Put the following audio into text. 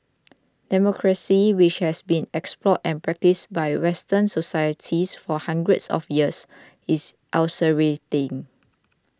democracy which has been explored and practised by Western societies for hundreds of years is ulcerating